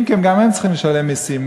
אם כי גם הם צריכים לשלם מסים.